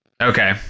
Okay